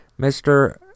Mr